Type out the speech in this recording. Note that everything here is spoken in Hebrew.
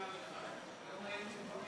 מיועד